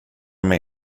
med